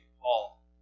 Paul